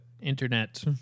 Internet